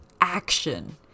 action